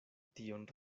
tion